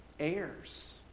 heirs